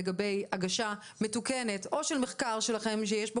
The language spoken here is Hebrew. לגבי הגשה מתוקנת או של מחקר שלכם שיש בו